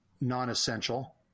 non-essential